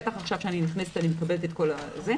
ובטח עכשיו כשאני מקבלת את כל המידע.